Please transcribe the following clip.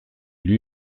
lui